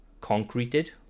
concreted